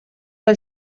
del